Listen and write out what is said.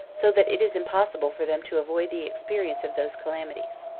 so that it is impossible for them to avoid the experience of those calamities.